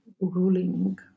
ruling